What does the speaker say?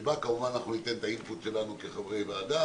שבה כמובן אנחנו ניתן את האינפוט שלנו כחברי כנסת,